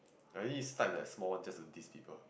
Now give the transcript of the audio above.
I only type the small one just to diss people